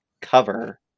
cover